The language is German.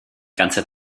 ganze